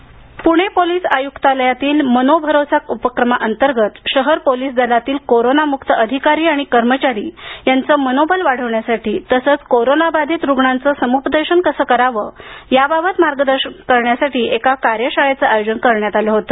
कार्यशाळा पूणे पोलिस आयुक्तलायतिल मनोभरोसा उपक्रमा अंतर्गत शहर पोलिस दलातील कोरोना मुक्त अधिकारी आणि कर्मचारी यांच मनोबल वाढवण्यासाठी तसंच कोरोना बाधित रुग्णांच समूपदेशन कसे करावं याबाबत मार्गदर्शन करण्यासाठी एका कार्यशाळेचं आयोजन करण्यात् आल होत